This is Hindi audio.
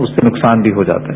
उससे नुकसान भी हो जाता है